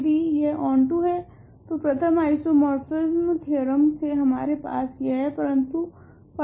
यदि यह ओंटो है तो प्रथम आइसोमोर्फिसम थेओरेम से हमारे पास यह है परंतु फाई ओंटो क्यो है